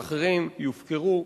האחרים יופקרו.